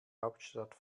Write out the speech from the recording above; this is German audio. hauptstadt